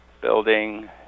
building